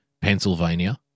Pennsylvania